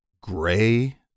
gray